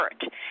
hurt